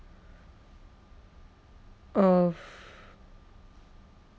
of